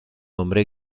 hombre